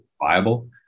viable